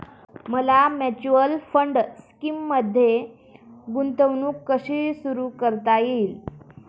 मला mutual fund स्कीममध्ये गुंतवणूक कशी सुरू करता येईल?